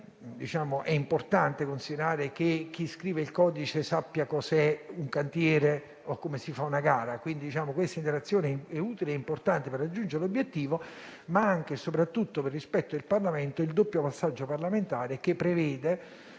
È importante considerare che chi scrive il codice sappia cos'è un cantiere o come si fa una gara, quindi questa interazione è utile ed importante per raggiungere l'obiettivo, ma anche e soprattutto per rispetto del Parlamento vi è il doppio passaggio parlamentare che prevede,